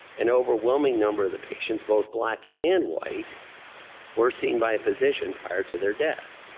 an overwhelming number of the patients both black and white were seen by a physician prior to their death.